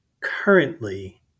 currently